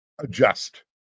adjust